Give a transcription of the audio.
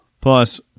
plus